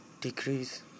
decrease